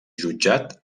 jutjat